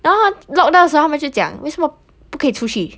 然后 orh lockdown 的时候他们就讲为什么不可以出去